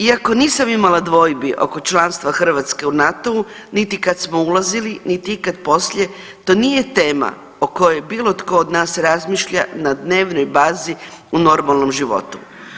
Iako nisam imala dvojbi oko članstva Hrvatske u NATO-u niti kad smo ulazili, niti ikad poslije to nije tema o kojoj bilo tko od nas razmišlja na dnevnoj bazi u normalnom životu.